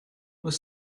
was